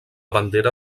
bandera